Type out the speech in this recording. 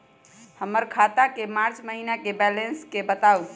हमर खाता के मार्च महीने के बैलेंस के बताऊ?